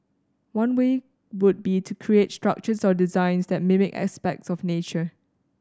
one way would be to create structures or designs that mimic aspects of nature